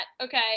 okay